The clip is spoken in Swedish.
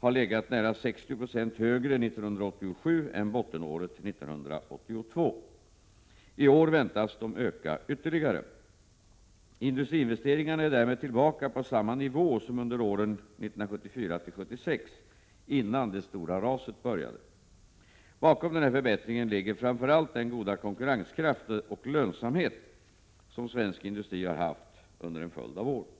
ha legat nära 60 26 högre 1987 än bottenåret 1982. I år väntas de öka ytterligare. Industriinvesteringarna är därmed tillbaka på samma nivå som under åren 1974-1976, innan det stora raset började. Bakom denna förbättring ligger framför allt den goda konkurrenskraft och lönsamhet som svensk industri har haft under en följd av år.